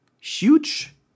huge